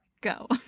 Go